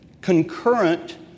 concurrent